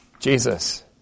Jesus